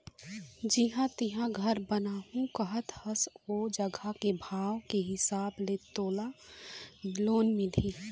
जिहाँ तेंहा घर बनाहूँ कहत हस ओ जघा के भाव के हिसाब ले तोला लोन मिलही